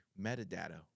metadata